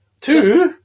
two